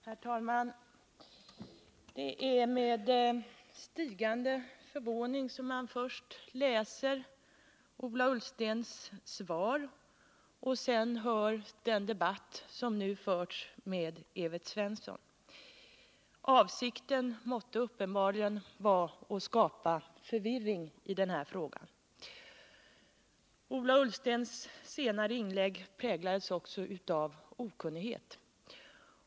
Herr talman! Det är med stigande förvåning som man först läser Ola Ullstens svar och sedan hör den debatt som förs med Evert Svensson. Avsikten måste uppenbarligen vara att skapa förvirring i frågan. Ola Ullstens senaste inlägg präglades också av okunnighet.